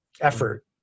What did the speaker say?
effort